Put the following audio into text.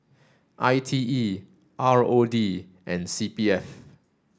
I T E R O D and C P F